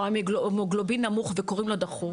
או המוגלובין נמוך וקוראים לו דחוף.